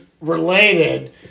related